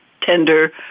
tender